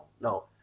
No